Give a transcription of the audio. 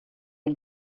den